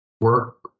work